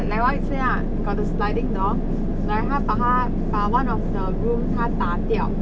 like what you say ah got the sliding door then 他把它把 one of the room 他打掉